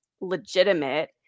legitimate